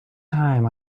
time